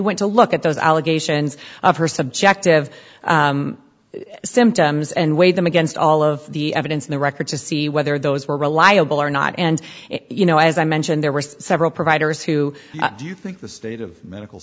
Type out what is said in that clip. went to look at those allegations of her subjective symptoms and weigh them against all of the evidence in the record to see whether those were reliable or not and you know as i mentioned there were several providers who do you think the state of medical